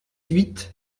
huit